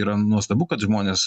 yra nuostabu kad žmonės